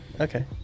Okay